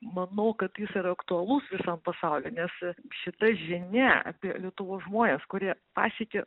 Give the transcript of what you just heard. manau kad jis yra aktualus visam pasauly nes šita žinia apie lietuvos žmones kurie pasiekė